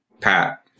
Pat